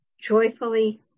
joyfully